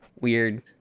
weird